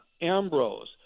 Ambrose